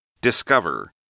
Discover